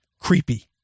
creepy